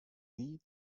vie